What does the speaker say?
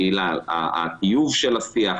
הטיוב של השיח,